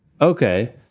Okay